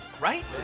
right